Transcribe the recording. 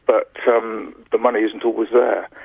but um the money isn't always there.